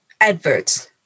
adverts